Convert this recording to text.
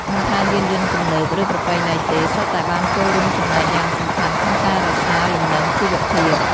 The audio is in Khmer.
មិនថាយានយន្តទំនើប ឬប្រពៃណីទេ សុទ្ធតែបានចូលរួមចំណែកយ៉ាងសំខាន់ក្នុងការរក្សាលំនឹងជីវភាព។